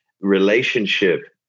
Relationship